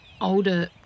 older